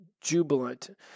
jubilant